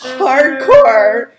hardcore